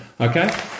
Okay